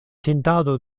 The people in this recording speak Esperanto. tintado